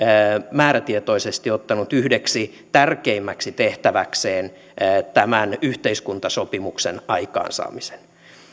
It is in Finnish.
määrätietoisesti ottanut yhdeksi tärkeimmäksi tehtäväkseen tämän yhteiskuntasopimuksen aikaansaamisen